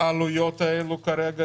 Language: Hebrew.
העלויות האלה כרגע,